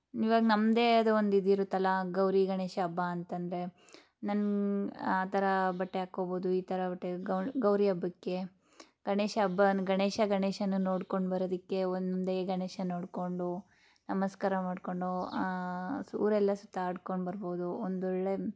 ಇವಾಗ ನಮ್ಮದೇ ಆದ ಒಂದು ಇದು ಇರುತ್ತಲ್ಲ ಗೌರಿ ಗಣೇಶ ಹಬ್ಬ ಅಂತ ಅಂದರೆ ನಮ್ಮ ಆ ಥರ ಬಟ್ಟೆ ಹಾಕ್ಕೋಬೌದು ಈ ಥರ ಬಟ್ಟೆ ಗೌರಿ ಹಬ್ಬಕ್ಕೆ ಗಣೇಶ ಹಬ್ಬ ಗಣೇಶ ಗಣೇಶನ ನೋಡ್ಕೊಂಡು ಬರೋದಕ್ಕೆ ಒಂದೊಂದೇ ಗಣೇಶ ನೋಡಿಕೊಂಡು ನಮಸ್ಕಾರ ಮಾಡಿಕೊಂಡು ಊರೆಲ್ಲ ಸುತ್ತಾಡ್ಕೊಂಡು ಬರ್ಬೌದು ಒಂದೊಳ್ಳೆಯ